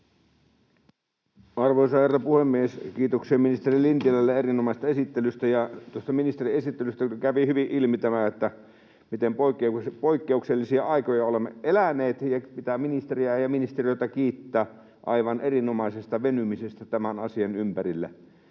Arvoisa herra puhemies! Kiitoksia ministeri Lintilälle erinomaisesta esittelystä. Tuosta ministerin esittelystä kävi hyvin ilmi tämä, miten poikkeuksellisia aikoja olemme eläneet, ja pitää ministeriä ja ministeriötä kiittää aivan erinomaisesta venymisestä tämän asian ympärillä.